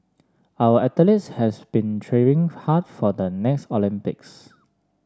our athletes has been training hard for the next Olympics